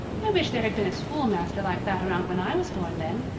i wish there had been a schoolmaster like that around when i was born, then.